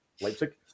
Leipzig